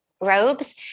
robes